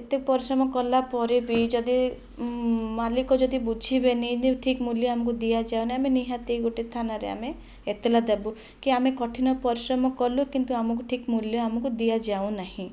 ଏତେ ପରିଶ୍ରମ କଲା ପରେ ବି ଯଦି ମାଲିକ ଯଦି ବୁଝିବେନାହିଁ ଯେ ଠିକ୍ ମୂଲ୍ୟ ଆମକୁ ଦିଆଯାଉନାହିଁ ଆମେ ନିହାତି ଗୋଟିଏ ଥାନାରେ ଆମେ ଏତେଲା ଦେବୁ କି ଆମେ କଠିନ ପରିଶ୍ରମ କଲୁ କିନ୍ତୁ ଆମକୁ ଠିକ୍ ମୂଲ୍ୟ ଆମକୁ ଦିଆଯାଉନାହିଁ